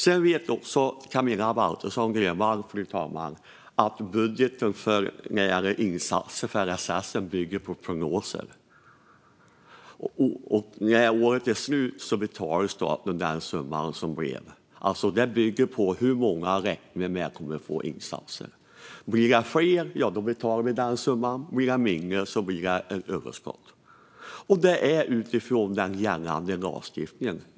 Sedan vet också Camilla Waltersson Grönvall, fru talman, att budgeten när det gäller insatser för LSS bygger på prognoser. När året är slut betalar staten den summa som det blivit. Det bygger på hur många vi räknar med kommer att få insatsen. Blir det fler, ja, då betalar vi den summan. Blir det färre blir det ett överskott. Detta är utifrån den gällande lagstiftningen.